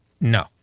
No